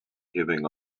giving